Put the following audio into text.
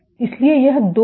इसलिए यह 2 है